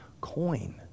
coin